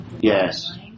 Yes